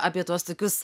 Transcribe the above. apie tuos tokius